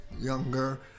Younger